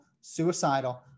suicidal